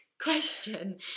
question